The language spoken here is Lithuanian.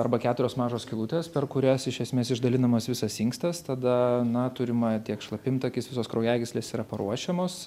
arba keturios mažos skylutes per kurias iš esmės išdalinamas visas inkstas tada na turima i tiek šlapimtakis visos kraujagyslės yra paruošiamos